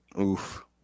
Oof